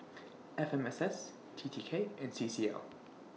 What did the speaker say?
F M S S T T K and C C L